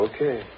Okay